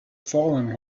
fallen